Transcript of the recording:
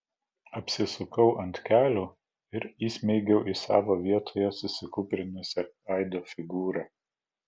apsisukau ant kelių ir įsmeigiau į savo vietoje susikūprinusią aido figūrą